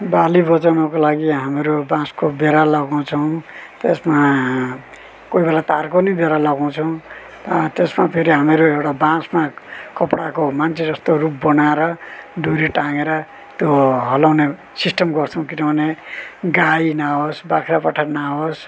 बाली बचाउनको लागि हामीहरू बाँसको बेरा लगाउँछौँ त्यसमा कोही बेला तारको नि बेरा लगाउँछौँ त्यसमा फेरि हामीहरू एउटा बाँसमा कपडाको मान्छे जस्तो रूप बनाएर डोरी टाङ्गेर त्यो हल्लाउने सिस्टम गर्छौँ किनभने गाई नआओस् बाख्रा पाठा नआओस्